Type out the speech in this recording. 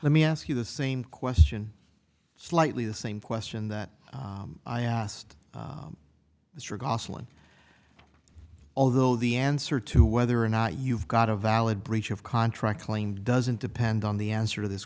let me ask you the same question slightly the same question that i asked this regard although the answer to whether or not you've got a valid breach of contract claim doesn't depend on the answer to this